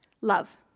love